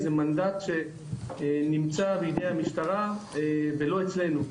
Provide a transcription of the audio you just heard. זה מנדט שנמצא בידי המשטרה ולא אצלנו,